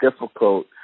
difficult